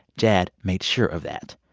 jad made sure of that.